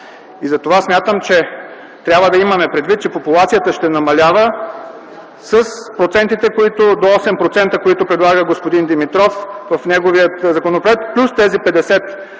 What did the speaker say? Затова смятам, че трябва да имаме предвид, че популацията ще намалява с процентите – до 8%, които предлага господин Димитров в неговия законопроект, плюс тези 50